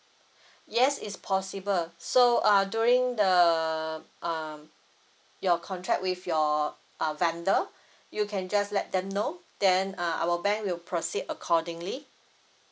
yes it's possible so uh during the um your contract with your uh vendor you can just let them know then uh our bank will proceed accordingly